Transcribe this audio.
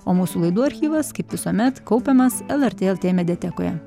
o mūsų laidų archyvas kaip visuomet kaupiamas lrt lt mediatekoje